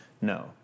no